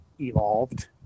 evolved